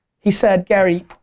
he said, gary,